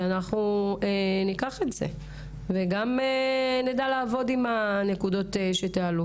ואנחנו ניקח את זה וגם אם נדע לעבוד עם הנקודות שתעלו.